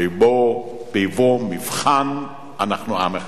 בבוא מבחן אנחנו עם אחד.